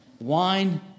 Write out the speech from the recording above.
Wine